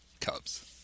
Cubs